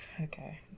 okay